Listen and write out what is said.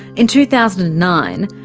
in two thousand and nine,